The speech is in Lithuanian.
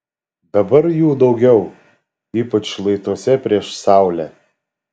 dabar jų daugiau ypač šlaituose prieš saulę